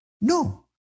No